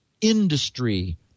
industry